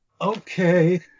Okay